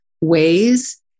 ways